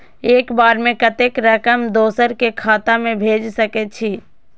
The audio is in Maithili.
एक बार में कतेक रकम दोसर के खाता में भेज सकेछी?